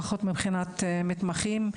לפחות מבחינת מתמחים,